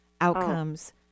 outcomes